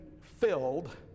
filled